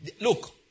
Look